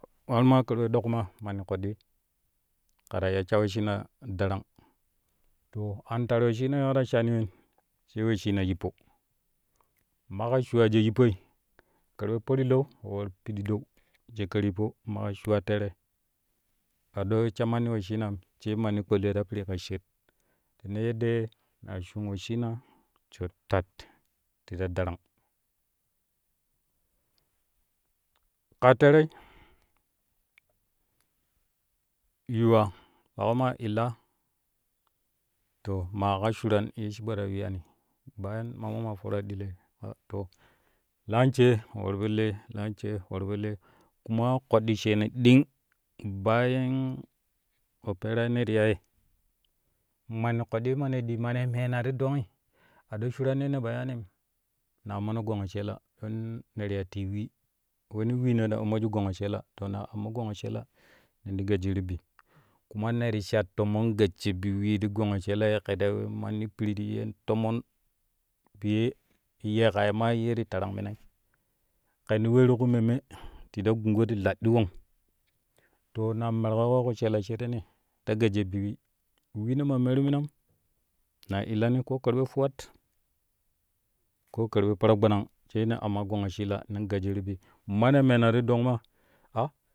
Har maa karɓe ɗok maa manni koɗɗ ke ta iya sha wesshina darang to an tat wesshina ye le ta shaani wen sai wesshina yippo maƙa shuwa she yippoi karɓe parlau we war pididou she karyippo maƙa shuwa tere a ɗo she manna wesshinaim sai manni kpaliyo ta piru ka shee tene yeddee naa shuun wesshina sho tat ti ta darang la terei yuwa maƙo maa illaa to ma ka shuran ye shiɓo ta yuyyani bayan mama maa foraa ɗiloi ta laan she war po tee loan she wa po lee kuma koɗɗi sheeno ɗing bayan opera yeno ti yai manni koɗɗi mane ɗii mane menan ti ɗongi a ɗo shuran yeno po yaanim na ammono gongo sheela don ne ti ya tii wee woni weeno ta ammoju gongo sheela to naa ammo gongo sheela nen ti gajiyiru bi kuma ne ti sha tomon gassha bi wee ti gango sheela ke ta we manni piricti yen tomon piye yeƙƙa maa ye ti tarang munai ken to weeru ku memme ti ta gungo ti kiɗɗi won to naa merƙoƙo ku sheela she tene ta gajyo bi wee weeno ma meeru minam naa illoni koo karɓe fuwat ko karɓe paragbanang sai ne amma gongo sheela nan gajiyiru bi mane meena te dong maa.